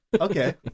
okay